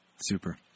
Super